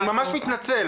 אני ממש מתנצל.